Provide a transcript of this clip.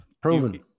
Proven